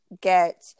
get